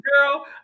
girl